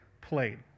played